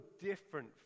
different